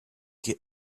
get